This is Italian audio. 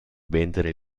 vendere